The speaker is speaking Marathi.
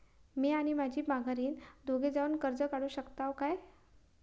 म्या आणि माझी माघारीन दोघे जावून कर्ज काढू शकताव काय?